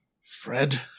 Fred